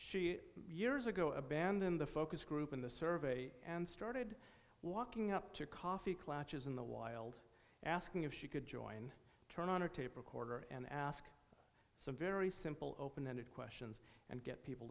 she years ago abandoned the focus group in the survey and started walking up to coffee klatches in the wild asking if she could join turn on a tape recorder and ask some very simple open ended questions and get